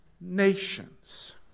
nations